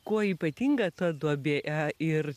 kuo ypatinga ta duobė ir